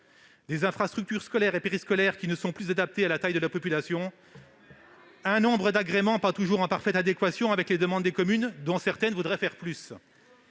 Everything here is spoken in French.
des infrastructures scolaires et périscolaires qui ne correspondent plus à la taille de la population ; un nombre d'agréments pas toujours en parfaite adéquation avec les demandes des communes, dont certaines voudraient faire plus